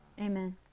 Amen